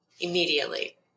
immediately